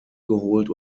geholt